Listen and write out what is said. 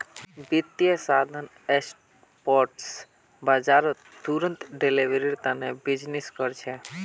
वित्तीय साधन स्पॉट बाजारत तुरंत डिलीवरीर तने बीजनिस् कर छे